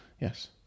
yes